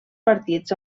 partits